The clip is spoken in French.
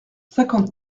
cinquante